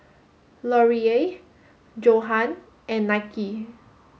L Oreal Johan and Nike